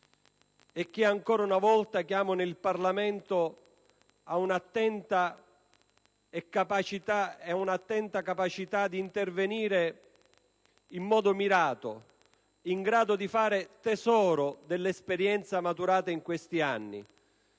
e che ancora una volta richiamano il Parlamento ad un'attenta capacità di intervenire in modo mirato, facendo tesoro dell'esperienza maturata in questi anni